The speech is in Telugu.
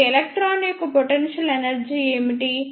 ఇప్పుడు ఎలక్ట్రాన్ యొక్క పొటెన్షియల్ ఎనర్జీ ఏమిటి